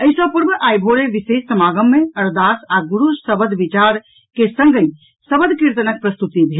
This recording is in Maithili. एहि सँ पूर्व आइ भोरे विशेष समागम मे अरदास आ गुरू शब्द विचार के संगहि सबद कीर्तनक प्रस्तुति भेल